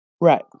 Right